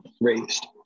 raised